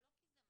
לא כי זה מאפיה,